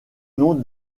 nom